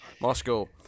Moscow